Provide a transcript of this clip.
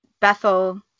Bethel